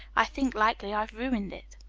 i think likely i've ruined it.